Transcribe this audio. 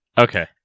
Okay